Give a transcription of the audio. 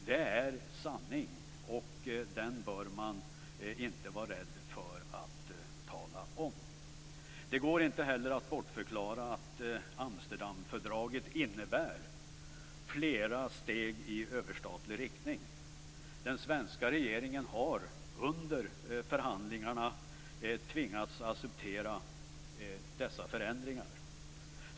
Det är en sanning och den bör man inte vara rädd för att tala om. Det går inte heller att bortförklara att Amsterdamfördraget innebär flera steg i överstatlig riktning. Den svenska regeringen har under förhandlingarna tvingats att acceptera dessa förändringar.